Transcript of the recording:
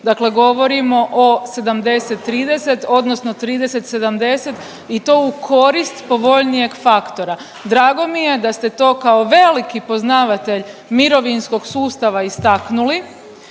dakle govorimo o 70-30, odnosno 30-70 i to u korist povoljnijeg faktora. Drago mi je da ste to kao veliki poznavatelj mirovinskog sustava istaknuli